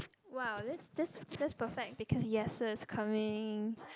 !wow! that's just just perfect because is coming